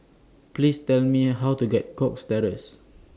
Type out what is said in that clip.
Please Tell Me How to get Cox Terrace